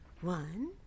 one